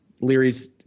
Leary's